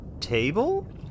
table